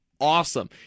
awesome